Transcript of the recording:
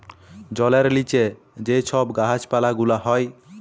জলের লিচে যে ছব গাহাচ পালা গুলা হ্যয়